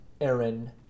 Aaron